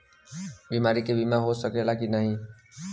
बीमारी मे बीमा हो सकेला कि ना?